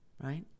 Right